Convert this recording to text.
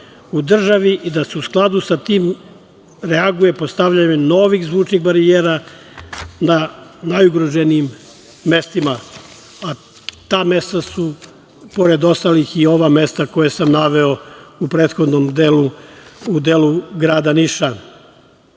u državi i da se u skladu sa tim reaguje postavljanjem novih zvučnih barijera na najugroženijim mestima. Ta mesta su, pored ostalih i ova mesta koja sam naveo u prethodnom delu, u delu grada Niša. Kod